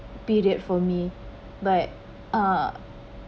period for me but ah